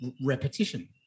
repetition